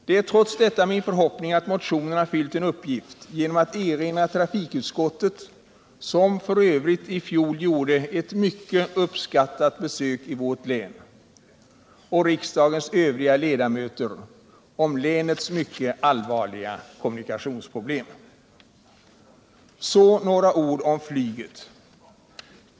Det är trots detta min förhoppning att motionerna fyllt en uppgift genom att erinra trafikutskottet, som f. ö. i fjol gjorde ett mycket uppskattat besök i vårt län, och riksdagens övriga ledamöter om länets mycket allvarliga kommunikationsproblem. Så några ord om flyget.